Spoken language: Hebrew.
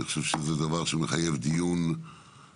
אני חושב שזה דבר שמחייב דיון מעמיק,